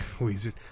Wizard